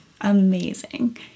Amazing